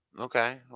Okay